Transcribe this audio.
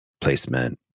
placement